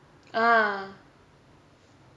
ah